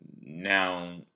now